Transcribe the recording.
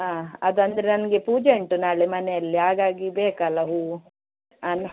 ಆಂ ಅದಂದ್ರೆ ನನಗೆ ಪೂಜೆಯುಂಟು ನಾಳೆ ಮನೆಯಲ್ಲಿ ಹಾಗಾಗಿ ಬೇಕಲ್ಲ ಹೂವು ಅನ್